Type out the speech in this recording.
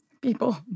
people